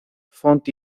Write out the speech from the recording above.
font